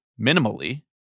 minimally